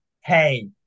Hey